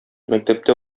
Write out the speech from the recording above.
мәктәптә